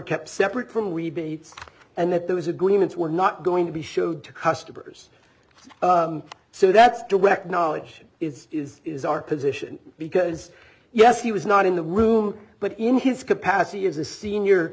kept separate from we be and that those agreements were not going to be showed to customers so that's direct knowledge is is is our position because yes he was not in the room but in his capacity as a senior